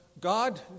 God